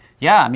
yeah, i mean